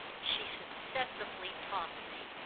she successively tossed me.